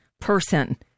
person